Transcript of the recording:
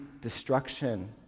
destruction